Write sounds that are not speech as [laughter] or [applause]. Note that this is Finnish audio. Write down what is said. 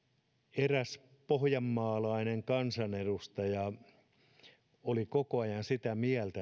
eräs pohjanmaalainen kansanedustaja oli koko ajan sitä mieltä [unintelligible]